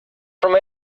from